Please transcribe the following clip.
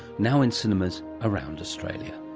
now in cinemas around australia